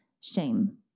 Shame